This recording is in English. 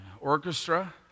orchestra